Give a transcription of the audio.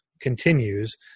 continues